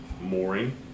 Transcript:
mooring